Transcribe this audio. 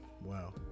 wow